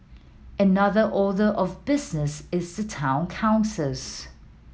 another order of business is the town councils